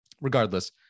Regardless